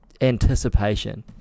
anticipation